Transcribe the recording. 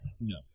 No